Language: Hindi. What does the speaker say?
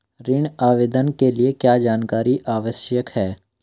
ऋण आवेदन के लिए क्या जानकारी आवश्यक है?